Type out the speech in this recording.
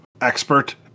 expert